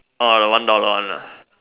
orh the one dollar one nah